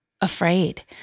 afraid